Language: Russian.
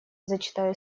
зачитаю